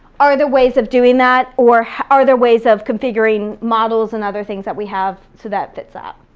are there ways of doing that, or are there ways of configuring models and other things that we have so that fits up?